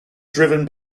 driven